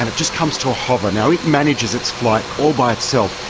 and just comes to a hover. now, it manages its flight all by itself,